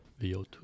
VO2